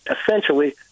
essentially